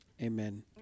Amen